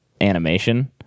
animation